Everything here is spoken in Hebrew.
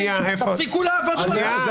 תפסיקו לעבוד על האנשים.